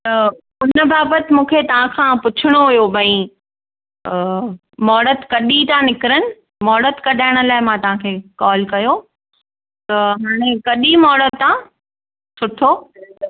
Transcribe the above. त हुन बाबति मूंखे तव्हां खां पुछिणो हो भई महुरतु कॾहिं था निकिरनि महुरतु कढाइण लाइ मां तव्हां खे कॉल कयो त हाणे कॾहिं महुरतु आहे सुठो